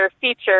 feature